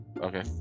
Okay